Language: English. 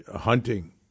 hunting